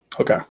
Okay